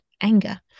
anger